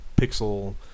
pixel